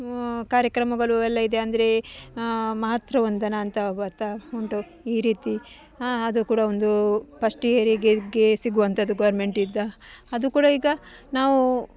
ಕಾರ್ಯಕ್ರಮಗಳು ಎಲ್ಲ ಇದೆ ಅಂದರೆ ಮಾತೃವಂದನ ಅಂತ ಬರ್ತಾ ಉಂಟು ಈ ರೀತಿ ಅದು ಕೂಡ ಒಂದು ಪಸ್ಟ್ ಹೆರಿಗೆಗೆ ಸಿಗುವಂಥದ್ದು ಗೋರ್ಮೆಂಟಿಂದ ಅದು ಕೂಡ ಈಗ ನಾವು